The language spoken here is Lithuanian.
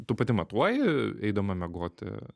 tu pati matuoji eidama miegoti